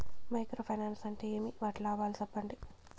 Micro finance అంటే ఏమి? వాటి లాభాలు సెప్పండి?